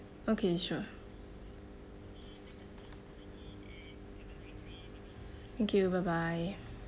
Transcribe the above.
okay sure thank you bye bye